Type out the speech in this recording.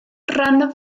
ran